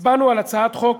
הצבענו על הצעת חוק